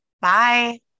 bye